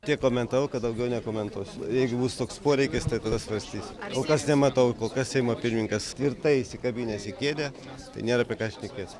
tiek komentavau kad daugiau nekomentuosiu jeigu bus toks poreikis tai tada svarstysim kol kas nematau kol kas seimo pirmininkas tvirtai įsikabinęs į kėdę tai nėra apie ką šnekėt